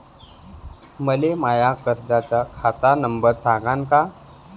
मले माया कर्जाचा खात नंबर सांगान का?